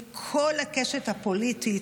מכל הקשת הפוליטית.